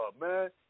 man